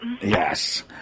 Yes